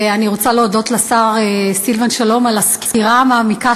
ואני רוצה להודות לשר סילבן שלום על הסקירה המעמיקה